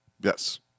Yes